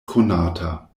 konata